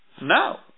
No